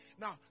Now